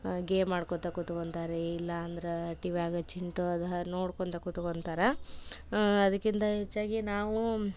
game ಆಡ್ಕೊಳ್ತ ಕೂತ್ಕೊಂತಾರೆ ಇಲ್ಲ ಅಂದ್ರೆ ಟಿ ವ್ಯಾಗ ಚಿಂಟು ಅದು ಹರ್ ನೋಡ್ಕೊಳ್ತ ಕೂತ್ಕೊಂತಾರ ಅದಕ್ಕಿಂತ ಹೆಚ್ಚಾಗಿ ನಾವು